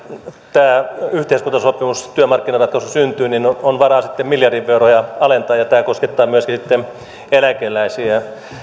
tämä yhteiskuntasopimus työmarkkinaratkaisu syntyy niin on varaa sitten miljardi veroja alentaa ja tämä koskettaa myöskin sitten eläkeläisiä